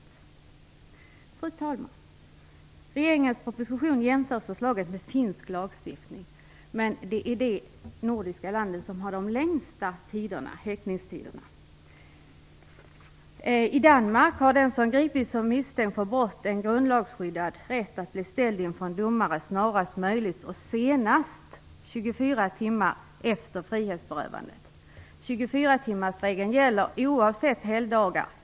I regeringens proposition jämförs förslaget med finsk lagstiftning. Men Finland är det nordiska land som har de längsta häktningstiderna. I Danmark har den som gripits som misstänkt för brott en grundlagsskyddad rätt att bli ställd inför en domare snarast möjligt och senast 24 timmar efter frihetsberövandet. 24-timmarsregeln gäller oavsett helgdagar.